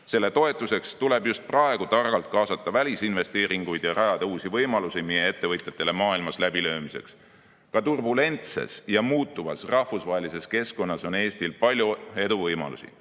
Selle toetuseks tuleb just praegu targalt kaasata välisinvesteeringuid ja rajada uusi võimalusi meie ettevõtjatele maailmas läbilöömiseks. Ka turbulentses ja muutuvas rahvusvahelises keskkonnas on Eestil palju eduvõimalusi.